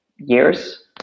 Years